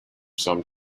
some